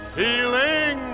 feeling